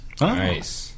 Nice